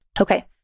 Okay